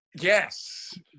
Yes